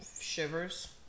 Shivers